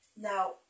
Now